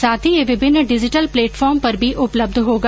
साथ ही ये विभिन्न डिजिटल प्लेटफॉर्म पर भी उपलब्ध होगा